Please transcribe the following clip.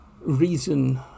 reason